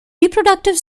reproductive